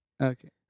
Okay